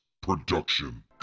production